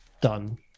done